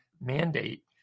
mandate